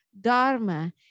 Dharma